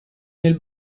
nel